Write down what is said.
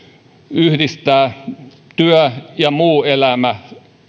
yhdistää työ ja muu elämä